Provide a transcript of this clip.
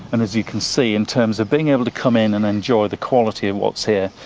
and as you can see, in terms of being able to come in and enjoy the quality of what's here,